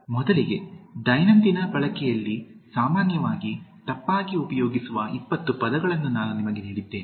ಮೊದಲಿಗೆ ದೈನಂದಿನ ಬಳಕೆಯಲ್ಲಿ ಸಾಮಾನ್ಯವಾಗಿ ತಪ್ಪಾಗಿ ಉಪಯೋಗಿಸುವ 20 ಪದಗಳನ್ನು ನಾನು ನಿಮಗೆ ನೀಡಿದ್ದೇನೆ